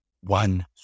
one